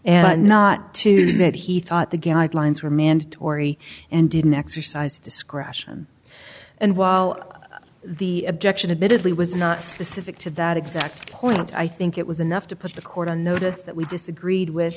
and not to do that he thought the guidelines were mandatory and didn't exercise discretion and while the objection didley was not specific to that exact point i think it was enough to put the court on notice that we disagreed with